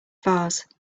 vase